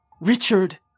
Richard